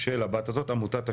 של הבת הזאת, עמותת השירות,